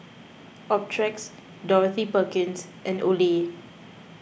Optrex Dorothy Perkins and Olay